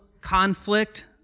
conflict